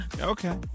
Okay